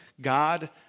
God